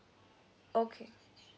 okay